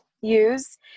use